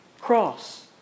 cross